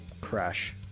crash